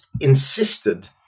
insisted